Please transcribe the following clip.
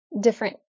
different